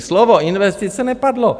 Slovo investice nepadlo.